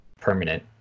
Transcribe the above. permanent